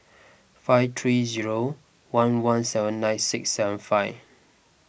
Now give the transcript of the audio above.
five three zero one one seven nine six seven five